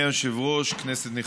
אדם לפתחו